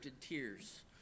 tears